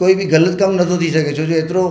कोई बि ग़लति कमु नथो थी सघे छोजो एतिरो